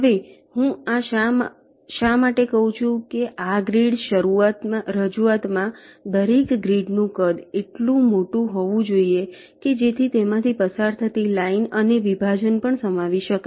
હવે હું શા માટે કહું છું કે આ ગ્રીડ રજૂઆતમાં દરેક ગ્રીડનું કદ એટલું મોટું હોવું જોઈએ કે જેથી તેમાંથી પસાર થતી લાઇન અને વિભાજન પણ સમાવી શકાય